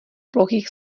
plochých